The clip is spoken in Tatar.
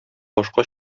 башка